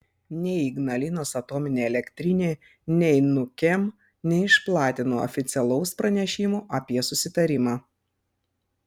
nei ignalinos atominė elektrinė nei nukem neišplatino oficialaus pranešimo apie susitarimą